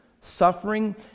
Suffering